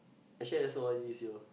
actually I just O_R_D this year